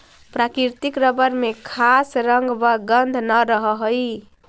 प्राकृतिक रबर में खास रंग व गन्ध न रहऽ हइ